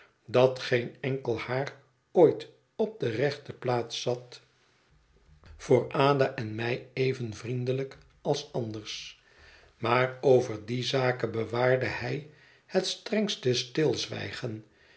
dat geen enkel haar ooit op de rechte plaats zat voor ada en mij even vriendelijk als anders maar over die zaken bewaarde hij het strengste stilzwijgen